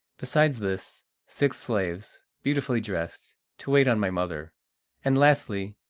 besides this, six slaves, beautifully dressed, to wait on my mother and lastly,